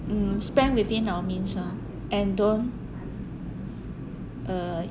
mm spend within our means ah and don't uh